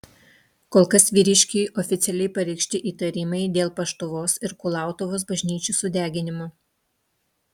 kol kas vyriškiui oficialiai pareikšti įtarimai dėl paštuvos ir kulautuvos bažnyčių sudeginimo